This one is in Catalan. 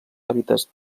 hàbitats